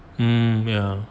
mm ya